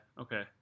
Okay